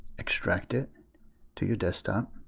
extract it to your desktop.